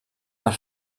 per